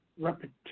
repetition